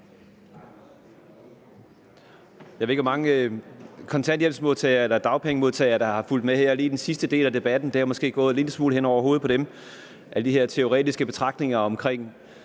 Jeg ved ikke, hvor mange kontanthjælpsmodtagere eller dagpengemodtagere der har fulgt med her lige i den sidste del af debatten. Alle de her teoretiske betragtninger over